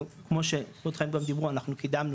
אנחנו כמו שרובכם גם דיברו אנחנו קידמנו